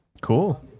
Cool